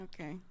okay